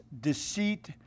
deceit